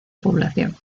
población